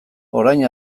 orain